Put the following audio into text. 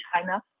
China